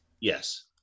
Yes